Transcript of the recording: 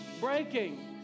breaking